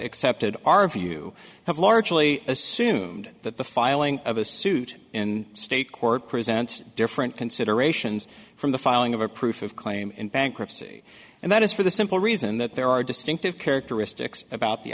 accepted our view have largely assumed that the filing of a suit in state court presents different considerations from the filing of a proof of claim in bankruptcy and that is for the simple reason that there are distinctive characteristics about the